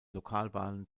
lokalbahn